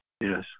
Yes